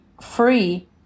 free